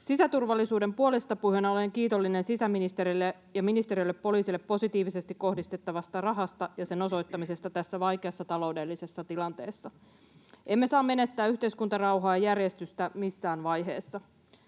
Sisäturvallisuuden puolestapuhujana olen kiitollinen sisäministerille ja -ministeriölle poliisille positiivisesti kohdistettavasta rahasta ja sen osoittamisesta tässä vaikeassa taloudellisessa tilanteessa. Emme saa menettää yhteiskuntarauhaa ja järjestystä missään vaiheessa.